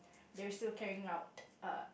they are still carrying out uh